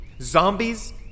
Zombies